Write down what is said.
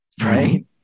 Right